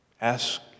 Ask